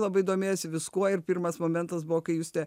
labai domėjosi viskuo ir pirmas momentas buvo kai justė